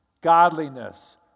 godliness